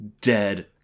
dead